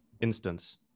instance